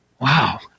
Wow